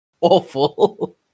awful